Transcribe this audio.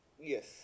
Yes